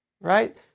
right